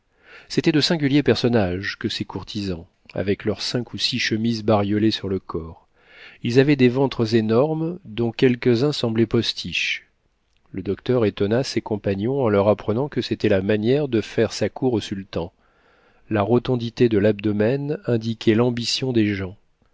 c'étaient de singuliers personnages que ces courtisans avec leurs cinq ou six chemises bariolées sur le corps ils avaient des ventres énormes dont quelques-uns semblaient postiches le docteur étonna ses compagnons en leur apprenant que c'était la manière de faire sa cour au sultan la rotondité de l'abdomen indiquait l'ambition des gens